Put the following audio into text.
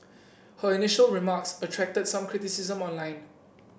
her initial remarks attracted some criticism online